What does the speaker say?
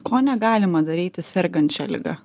ko negalima daryti sergant šia liga